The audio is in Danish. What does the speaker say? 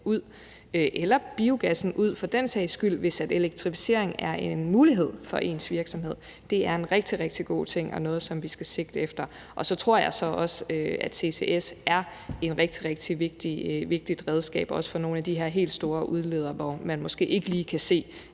eller biogassen for den sags skyld ud, hvis en elektrificering er en mulighed for ens virksomhed, er en rigtig, rigtig god ting og noget, som vi skal sigte efter. Så tror jeg også, at CCS er et rigtig, rigtig vigtigt redskab, også for nogle af de her helt store udledere, hvor man måske ikke lige kan se,